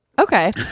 Okay